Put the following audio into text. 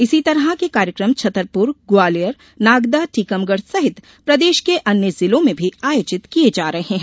इसी तरह के कार्यकम छतरपुरग्वालियरनागदाटीकमगढ़ सहित प्रदेश के अन्य जिलों में आयोजित किये जा रहे है